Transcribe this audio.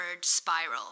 spiral